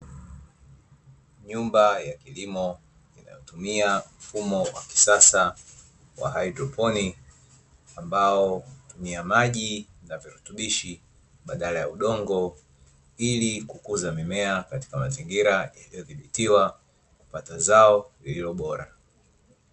Nyumba ya kilimo, inayotumia mfumo wa kisasa wa haidroponi, ambao hutumia maji na virutubishi badala ya udongo ili kukuza mimea katika mazingira yaliyodhibitiwa kupata zao lililo bora.